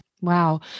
wow